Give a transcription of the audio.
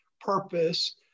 purpose